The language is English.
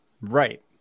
Right